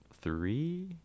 three